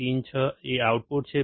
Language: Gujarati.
પિન 6 એ આઉટપુટ છે